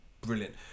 Brilliant